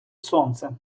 сонце